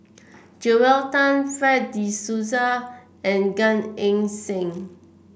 Joel Tan Fred De Souza and Gan Eng Seng